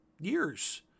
years